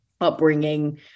upbringing